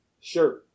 Sure